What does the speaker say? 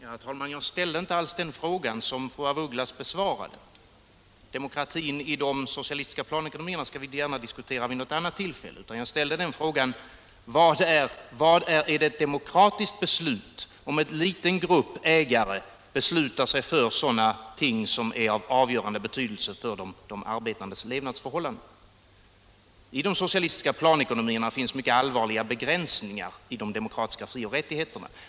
Herr talman! Jag ställde inte alls den fråga som fru af Ugglas besvarade. Och demokratin i de socialistiska planekonomierna skall jag gärna diskutera vid något annat tillfälle. Den fråga jag ställde var: Är det ett demokratiskt beslut om en liten grupp ägare beslutar sådana ting som är av avgörande betydelse för de arbetandes levnadsförhållanden? I de socialistiska planekonomierna finns mycket allvarliga begränsningar i de demokratiska fri och rättigheterna.